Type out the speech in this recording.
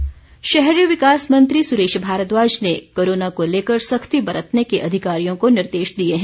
सुरेश भारद्वाज शहरी विकास मंत्री सुरेश भारद्वाज ने कोरोना को लेकर सख्ती बरतने के अधिकारियों को निर्देश दिए हैं